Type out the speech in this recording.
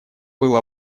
был